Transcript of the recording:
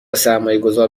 سرمایهگذار